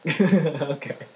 okay